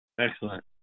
Excellent